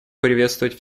приветствовать